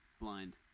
blind